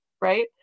right